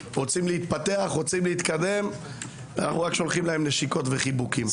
רוצים להתפתח ולהתקדם ואנחנו רק שולחים להם נשיקות וחיבוקים.